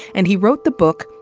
and he wrote the book,